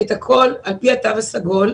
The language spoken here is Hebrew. את הכול על פי התו הסגול.